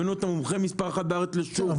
הבאנו את המומחה מספר אחת בארץ לשום --- כן,